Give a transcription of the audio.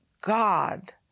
God